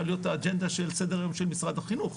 להיות אג'נדה של סדר יום של משרד החינוך.